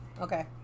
okay